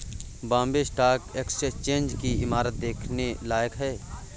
Bombay stock exchange की इमारत देखने लायक है